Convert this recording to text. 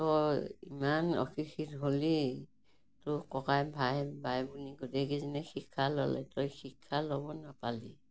তই ইমান অশিক্ষিত হ'লি তোৰ ককাই ভাই বাই ভনী গোটেইকেইজনীয়ে শিক্ষা ল'লে তই শিক্ষা ল'ব নেপালি